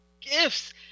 gifts